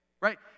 right